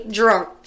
drunk